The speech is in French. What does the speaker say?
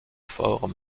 fort